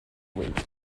week